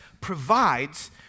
provides